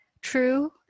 true